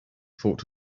thought